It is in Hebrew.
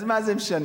אז מה זה משנה?